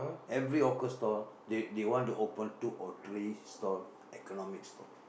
every hawker stall they they want to open two or three stall economy stall